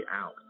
out